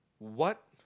what